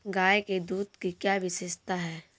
गाय के दूध की क्या विशेषता है?